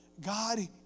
God